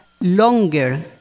longer